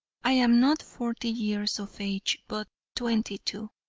i am not forty years of age, but twenty-two,